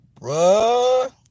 bruh